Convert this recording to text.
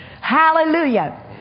Hallelujah